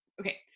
okay